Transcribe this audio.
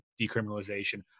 decriminalization